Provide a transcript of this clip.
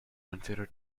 consider